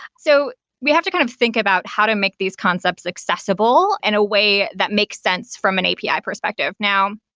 so we have to kind of think about how to make these concepts accessible in a way that makes sense from an api perspective. now,